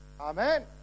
Amen